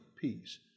peace